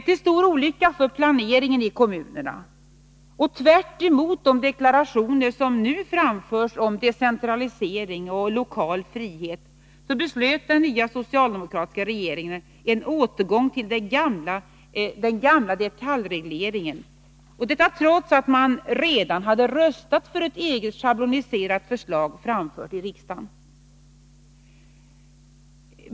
Till stor olycka för planeringen i kommunerna och tvärtemot de deklarationer som nu framförs om decentralisering och lokal frihet fattade den nya socialdemokratiska regeringen beslut om en återgång till den gamla detaljregleringen — detta trots att man redan hade röstat för ett eget schabloniserat förslag, framfört i riksdagen.